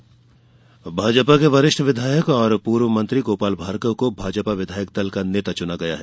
नेताप्रतिपक्ष भाजपा के वरिष्ठ विधायक और पूर्व मंत्री गोपाल भार्गव को भाजपा विधायक दल का नेता चुना गया है